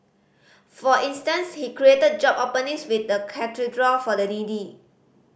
for instance he created job openings with the Cathedral for the needy